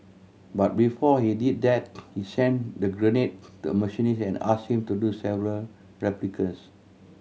but before he did that he sent the grenade to a machinist and asked him to do several replicas